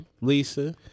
Lisa